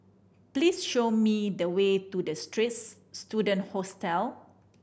please show me the way to The Straits Student Hostel